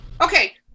okay